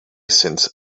since